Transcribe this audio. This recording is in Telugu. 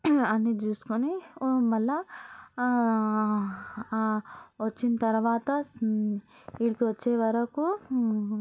అన్ని చూసుకొని మళ్ల వచ్చిన తరువాత ఇక్కడికి వచ్చే వరకు